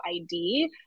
ID